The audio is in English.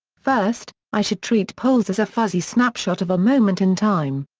first, i should treat polls as a fuzzy snapshot of a moment in time.